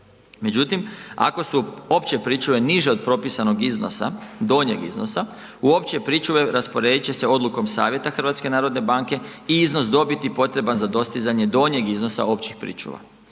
Međutim ako su opće pričuve niže od propisanog iznosa, donjeg iznosa, u opće pričuve rasporedit će se odlukom Savjeta HNB-a i iznos dobiti potreban za dostizanje donjeg iznosa općih pričuva.